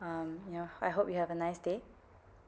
um yeah I hope you have a nice day